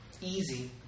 easy